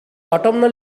autumnal